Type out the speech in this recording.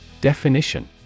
Definition